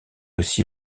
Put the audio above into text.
aussi